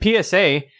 PSA